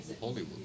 Hollywood